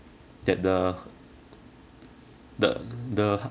that the the the